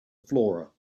flora